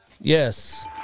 Yes